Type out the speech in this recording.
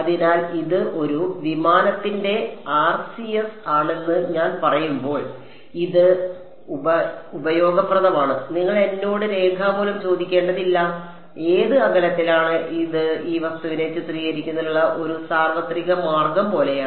അതിനാൽ ഇത് ഒരു വിമാനത്തിന്റെ ആർസിഎസ് ആണെന്ന് ഞാൻ പറയുമ്പോൾ ഇത് ഉപയോഗപ്രദമാണ് നിങ്ങൾ എന്നോട് രേഖാമൂലം ചോദിക്കേണ്ടതില്ല ഏത് അകലത്തിലാണ് ഇത് ഈ വസ്തുവിനെ ചിത്രീകരിക്കുന്നതിനുള്ള ഒരു സാർവത്രിക മാർഗം പോലെയാണ്